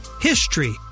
HISTORY